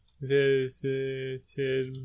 visited